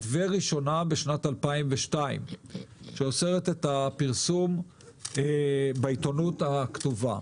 וראשונה בשנת 2002. הצעת החוק הזו אוסרת את הפרסום בעיתונות הכתובה.